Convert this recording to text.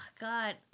god